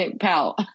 pal